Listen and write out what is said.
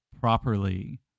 properly